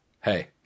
Hey